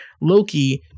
Loki